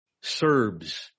Serbs